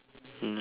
no